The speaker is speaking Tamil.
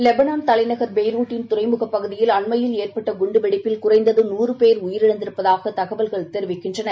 வெபனாள் தலைநகர் பெய்ருட்டில் துறைமுகப் பகுதியில் அண்மையில் ஏற்பட்டகுண்டுவெடிப்பில் குறைந்ததுநாறுபேர் உயிரிழந்திருப்பதாகதகவல்கள் தெரிவிக்கின்றன